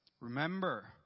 Remember